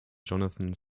jonathan